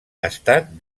estat